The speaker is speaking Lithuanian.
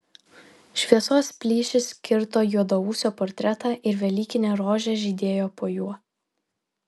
šviesos plyšys kirto juodaūsio portretą ir velykinė rožė žydėjo po juo